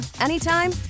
anytime